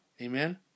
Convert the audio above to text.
Amen